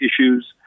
issues